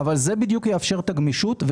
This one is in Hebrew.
זה מה שיאפשר את הגמישות,